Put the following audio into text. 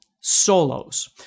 solos